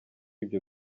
ibyo